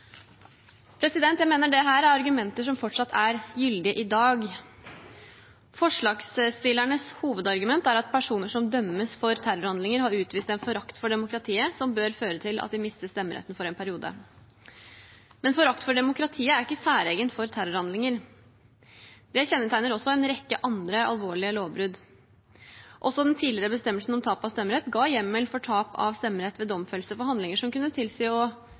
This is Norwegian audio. Jeg mener dette er argumenter som fortsatt er gyldige i dag. Forslagsstillernes hovedargument er at personer som dømmes for terrorhandlinger, har utvist en forakt for demokratiet som bør føre til at de mister stemmeretten for en periode, men forakt for demokratiet er ikke særegent for terrorhandlinger. Det kjennetegner også en rekke andre alvorlige lovbrudd. Også den tidligere bestemmelsen om tap av stemmerett ga hjemmel for tap av stemmerett ved domfellelse for handlinger som kunne